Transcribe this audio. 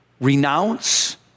Renounce